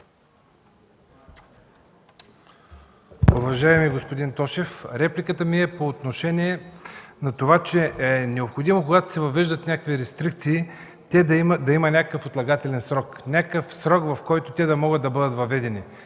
Уважаеми господин Тошев, репликата ми е по отношение на това, че е необходимо, когато се въвеждат някакви рестрикции, да има някакъв отлагателен срок, някакъв срок, в който те да могат да бъдат въведени.